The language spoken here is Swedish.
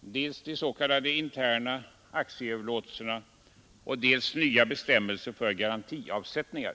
dels de s.k. interna aktieöverlåtelserna, dels nya bestämmelser för garantiavsättningar.